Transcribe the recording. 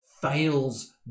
fails